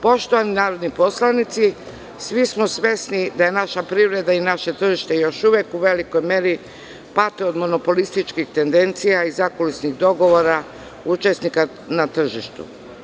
Poštovani narodni poslanici, svesni smo da naša privreda i naše tržište uvek u velikoj meri pate od monopolističkih tendencija i zakulisnih dogovora učesnika na tržištu.